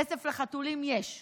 כסף לחתולים, יש,